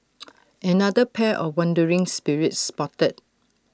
another pair of wandering spirits spotted